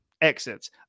exits